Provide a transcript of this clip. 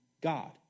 God